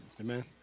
Amen